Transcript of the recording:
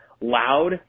loud